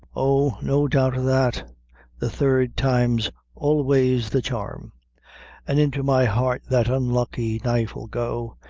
oh, no doubt of that the third time's always the charm an' into my heart that unlucky knife ill go,